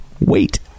wait